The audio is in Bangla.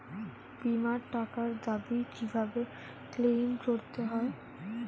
বিমার টাকার দাবি কিভাবে ক্লেইম করতে হয়?